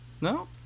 No